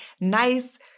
nice